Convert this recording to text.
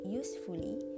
usefully